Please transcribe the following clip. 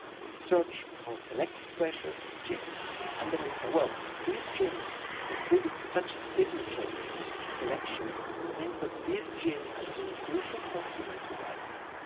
we search for selective pressure in genes and then we say well, if these genes exhibit such a signature of selection it means that this gene has been crucial for human survival.